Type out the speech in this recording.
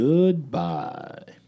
Goodbye